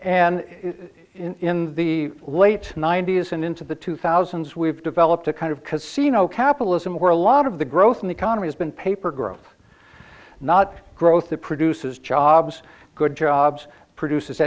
and in the late ninety's and into the two thousands we've developed a kind of casino capitalism where a lot of the growth in the economy has been paper growth not growth that produces jobs good jobs produces